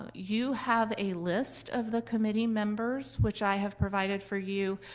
ah you have a list of the committee members which i have provided for you.